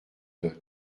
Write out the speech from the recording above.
dot